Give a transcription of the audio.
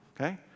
okay